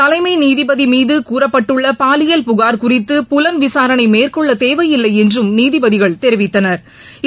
தலைமைநீதிபதிமீதுகூறப்பட்டுள்ளபாலியல் இருப்பினும் புகார் குறித்து புலன் விசாரணைமேற்கொள்ளதேவையில்லைஎன்றும் நீதிபதிகள் தெரிவித்தனா்